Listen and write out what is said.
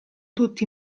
tutti